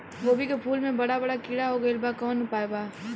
गोभी के फूल मे बड़ा बड़ा कीड़ा हो गइलबा कवन उपाय बा?